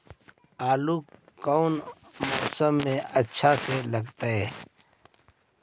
आलू कौन मौसम में अच्छा से लगतैई?